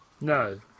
No